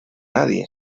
nadie